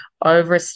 over